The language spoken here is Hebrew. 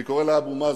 אני קורא לאבו מאזן,